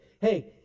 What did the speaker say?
Hey